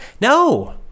No